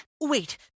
Wait